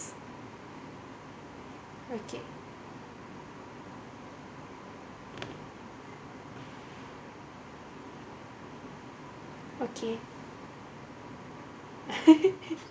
okay okay